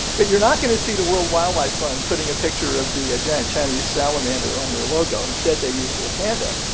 but you're not going to see the world wildlife fund putting a picture of the giant chinese salamander on their logo. instead, they use the panda.